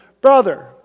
brother